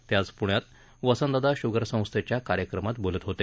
ते आज पुण्यात वसंतदादा शुगर संस्थेच्या कार्यक्रमात बोलत होते